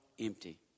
empty